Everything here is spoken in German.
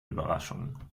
überraschungen